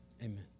amen